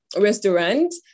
restaurant